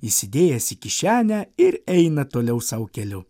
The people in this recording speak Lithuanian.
įsidėjęs į kišenę ir eina toliau sau keliu